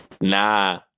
nah